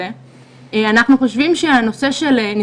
מתחתנת,